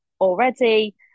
already